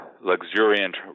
luxuriant